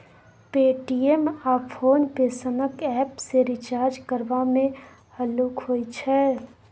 Paytm आ PhonePe सनक app सँ रिचार्ज करबा मे हल्लुक होइ छै